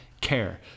care